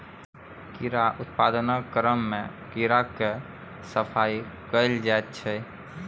कीड़ा उत्पादनक क्रममे कीड़ाक सफाई कएल जाइत छै